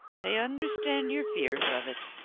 i understand your fears of it,